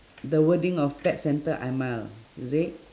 the wording of pet center I mile is it